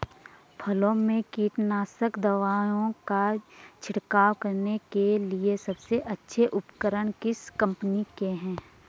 फसलों में कीटनाशक दवाओं का छिड़काव करने के लिए सबसे अच्छे उपकरण किस कंपनी के हैं?